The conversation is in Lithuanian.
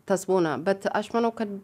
tas būna bet aš manau kad